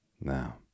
Now